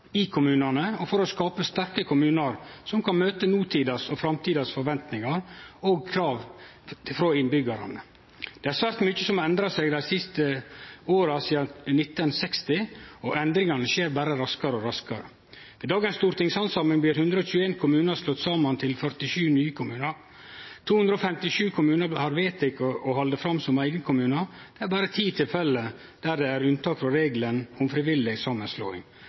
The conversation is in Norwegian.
i kommunane og for å skape sterke kommunar som kan møte notidas og framtidas forventningar og krav frå innbyggjarane. Det er svært mykje som har endra seg dei siste åra og sidan 1960, og endringane skjer berre raskare og raskare. Ved dagens stortingshandsaming blir 121 kommunar slått saman til 47 nye kommunar. 257 kommunar har vedteke å halde fram som eigne kommunar. Det er berre 10 tilfelle der det er unntak frå regelen om frivillig samanslåing.